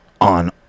On